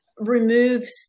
Removes